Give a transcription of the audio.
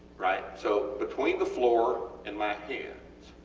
right, so between the floor and my hands,